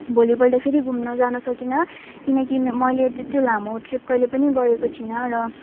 भोलिपल्ट फेरि घुम्न जान सकिनँ किनकि मैेले त्यति लामो ट्रिप कहिले पनि गरेको थिइनँ र